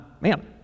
man